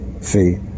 see